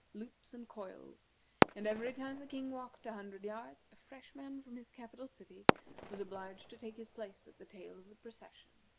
loops, and coils and every time the king walked a hundred yards a fresh man from his capital city was obliged to take his place at the tail of the procession.